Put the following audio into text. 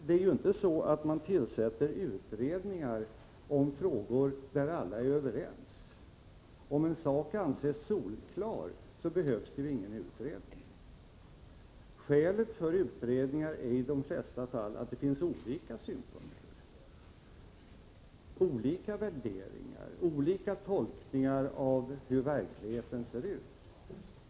Men man tillsätter inte utredningar i frågor där alla är överens. Om en sak anses solklar, behövs ingen utredning. Skälet för utredningar är i de flesta fall att det finns olika synpunkter, olika värderingar, olika tolkningar av hur verkligheten ser ut.